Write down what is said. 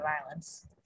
violence